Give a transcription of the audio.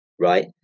Right